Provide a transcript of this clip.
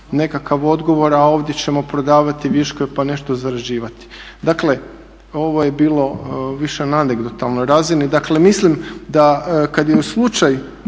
nekakav odgovor, a ovdje ćemo prodavati viškove pa nešto zarađivati. Dakle, ovo je bilo više na …/Govornik se ne razumije./… razini. Dakle, mislim da kad je u slučaju,